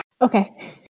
Okay